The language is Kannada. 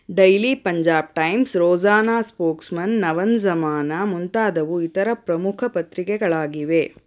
daily Punjab Times Rozana Spokesman Nawan Zamana ಮುಂತಾದವು ಇತರ ಪ್ರಮುಖ ಪತ್ರಿಕೆಗಳಾಗಿವೆ